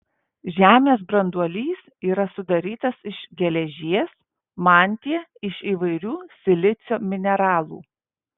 žemės branduolys yra sudarytas iš geležies mantija iš įvairių silicio mineralų